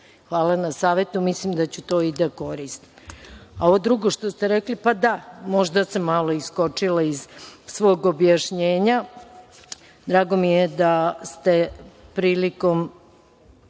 Hvala na savetu, mislim da ću to i da koristim. Ovo drugo što ste rekli, da, možda sam malo iskočila iz svog objašnjenja. Drago mi je da ste prilikom